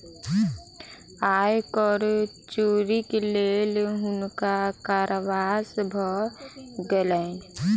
आय कर चोरीक लेल हुनका कारावास भ गेलैन